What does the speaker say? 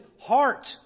heart